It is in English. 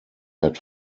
had